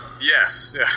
yes